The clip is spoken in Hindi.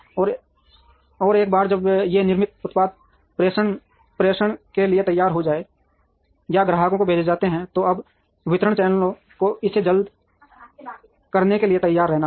और एक बार जब ये निर्मित उत्पाद प्रेषण के लिए तैयार हो जाते हैं या ग्राहक को भेजे जाते हैं तो अब वितरण चैनलों को इसे जल्दी करने के लिए तैयार रहना होगा